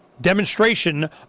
demonstration